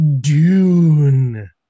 Dune